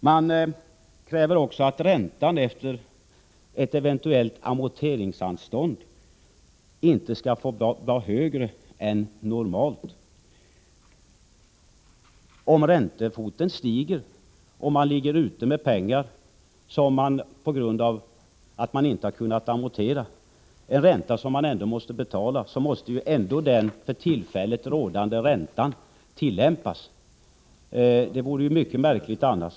Centern kräver också att räntan efter ett eventuellt amorteringsanstånd inte skall vara högre än normalt. Om räntefoten stiger och man ligger ute med pengar på grund av att man inte har kunnat amortera, och en ränta som man ändå måste betala, måste i alla fall den för tillfället rådande räntan tillämpas — det vore ju mycket märkligt annars.